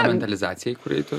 mentalizacija į kur eitų